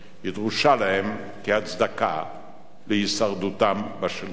היא דרושה להם כהצדקה להישרדותם בשלטון.